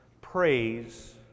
praise